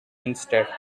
instead